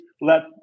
let